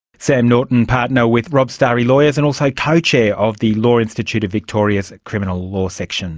sam norton, partner with robert stary lawyers, and also co-chair of the law institute of victoria's criminal law section.